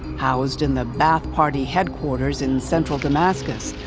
housed in the ba'ath party headquarters in central damascus,